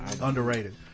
Underrated